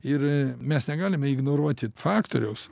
ir mes negalime ignoruoti faktoriaus